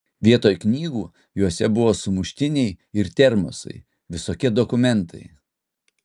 vietoj knygų juose buvo sumuštiniai ir termosai visokie dokumentai